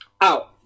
out